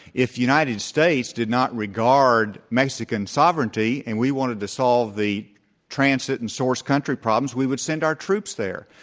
if the united states did not regard mexican sovereignty, and we wanted to solve the transit and source country problems we would send our troops there.